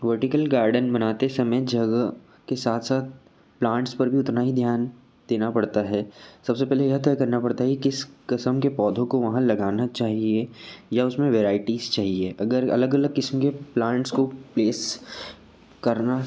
vertical garden बनाते समय जगह के साथ साथ प्लांट्स पर भी उतना ही ध्यान देना पड़ता है सब से पहले यह तय करना पड़ता है किस क़िसम के पौधों को वहाँ लगाना चाहिए या उसमें वेराइटीज़ चाहिए अगर अलग अलग क़िस्म के प्लांट्स को प्लेस करना